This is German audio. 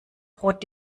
brot